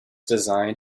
designed